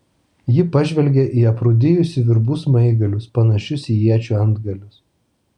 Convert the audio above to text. ji pažvelgė į aprūdijusių virbų smaigalius panašius į iečių antgalius